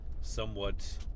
somewhat